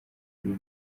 kuri